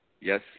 Yes